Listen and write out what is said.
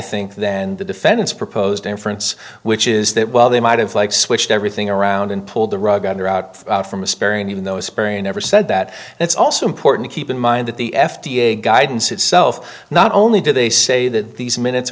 think than the defendant's proposed inference which is that while they might have like switched everything around and pulled the rug under out from a spirit even though spring never said that it's also important to keep in mind that the f d a guidance itself not only do they say that these minutes